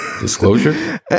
Disclosure